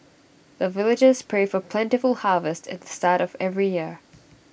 the villagers pray for plentiful harvest at the start of every year